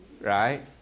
Right